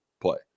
play